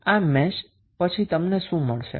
આ મેશમાં પછી તમને શું મળશે